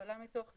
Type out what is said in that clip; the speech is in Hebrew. ויכולה מתוך זה,